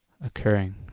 occurring